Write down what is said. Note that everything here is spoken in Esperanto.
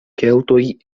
keltoj